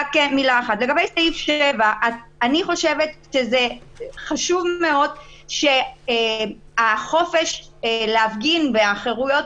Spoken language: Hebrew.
אני חושבת שזה חשוב מאוד שהחופש להפגין והחירויות